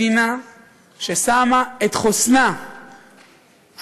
מדינה ששמה את חוסנה הלאומי,